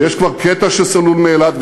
ויש כבר קטע שסלול מאילת.